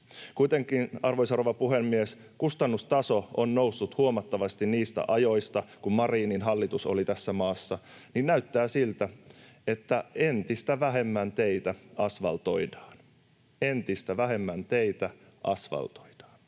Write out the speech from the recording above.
Kuitenkin, arvoisa rouva puhemies, kun kustannustaso on noussut huomattavasti niistä ajoista, kun Marinin hallitus oli tässä maassa, näyttää siltä, että entistä vähemmän teitä asfaltoidaan. Entistä vähemmän teitä asfaltoidaan,